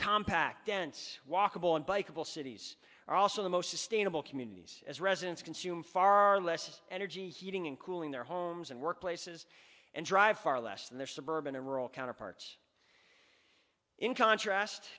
will cities are also the most sustainable communities as residents consume far less energy heating and cooling their homes and workplaces and drive far less than their suburban and rural counterparts in contrast